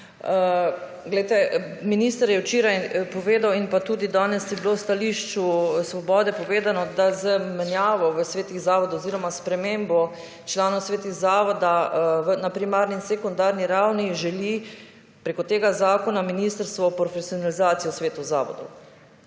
ravni. Minister je včeraj povedal in pa tudi danes je bilo v stališču Svobode povedano, da z menjavo v svetih zavodov oziroma spremembo članov v svetih zavoda na primarni in sekundarni ravni želi preko tega zakona ministrstvo profesionalizacijo svetov zavodov.